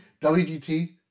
WGT